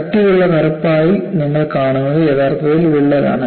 കട്ടിയുള്ള കറുപ്പായി നിങ്ങൾ കാണുന്നത് യഥാർത്ഥത്തിൽ വിള്ളലാണ്